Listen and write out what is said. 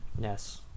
Yes